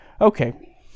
Okay